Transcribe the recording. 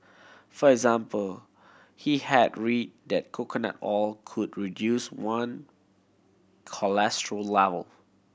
for example he had read that coconut oil could reduce one cholesterol level